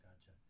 gotcha